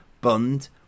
bond